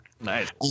nice